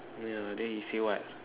ya then he say what